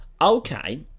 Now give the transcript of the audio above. Okay